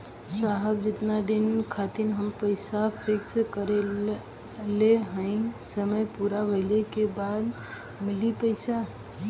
साहब जेतना दिन खातिर हम पैसा फिक्स करले हई समय पूरा भइले के बाद ही मिली पैसा?